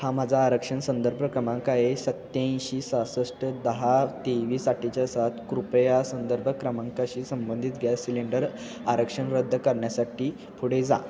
हा माझा आरक्षण संदर्भ क्रमांक आहे सत्याऐंशी सहासष्ट दहा तेवीस अठ्ठेचाळीस सात कृपया संदर्भ क्रमांकाशी संबंधित गॅस सिलेंडर आरक्षण रद्द करण्यासाठी पुढे जा